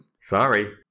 Sorry